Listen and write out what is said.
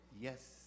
yes